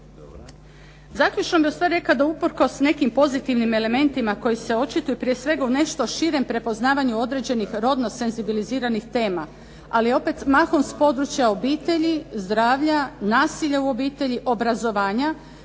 Zaključno bih ustvari rekla da usprkos nekim pozitivnim elementima koji se očituju prije svega u nešto širem prepoznavanju određenih rodno senzibiliziranih tema, ali opet mahom s područja obitelji, zdravlja, nasilja u obitelji, obrazovanja